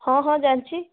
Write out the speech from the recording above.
ହଁ ହଁ ଜାଣଛି